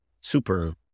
super